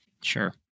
Sure